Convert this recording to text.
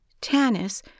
Tannis